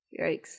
yikes